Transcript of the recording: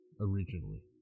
originally